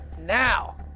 now